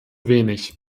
wenig